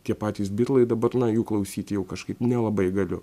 tie patys bitlai dabar na jų klausyt jau kažkaip nelabai galiu